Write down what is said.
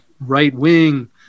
right-wing